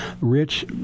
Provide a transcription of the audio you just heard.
Rich